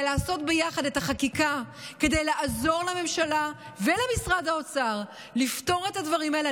לעשות יחד את החקיקה כדי לעזור לממשלה ולמשרד האוצר לפתור את הדברים האלה.